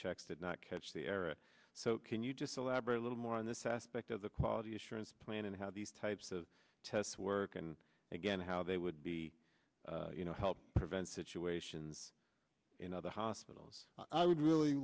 checks did not catch the error so can you just elaborate a little more on this aspect of the quality assurance plan and how these types of tests work and again how they would be you know help prevent situations in other hospitals i would really